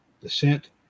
descent